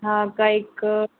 હા કંઈક